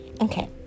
Okay